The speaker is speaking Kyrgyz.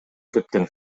кеткен